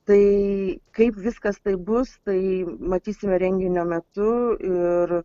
tai kaip viskas taip bus tai matysime renginio metu ir